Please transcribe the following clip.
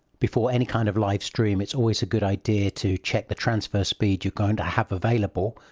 before any kind of live stream, it's always a good idea to check the transfer speed you're going to have available.